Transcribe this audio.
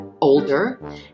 older